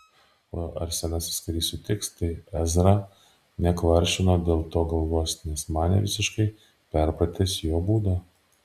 o ar senasis karys sutiks tai ezra nekvaršino dėl to galvos nes manė visiškai perpratęs jo būdą